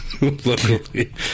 Locally